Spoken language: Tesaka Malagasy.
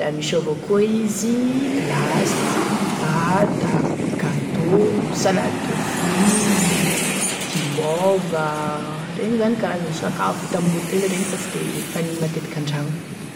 da misy avao koa izy: glasy, tarte, da gâteau, salade de fruits, guimauve, regny zany karazane sakafo amin'ny hotely regny fa tsy da fanigny matetiky an-dragno.